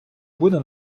буде